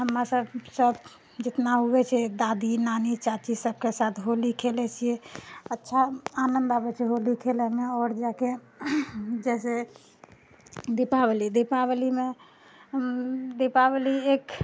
हमरासभ सभ जितना होइत छै दादी नानी चाची सभके साथ होली खेलैत छियै अच्छा आनन्द आबैत छै होली खेलयमे आओर जाके जैसे दीपावली दीपावलीमे दीपावली एक